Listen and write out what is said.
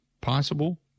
possible